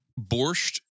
Borscht